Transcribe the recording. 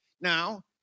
now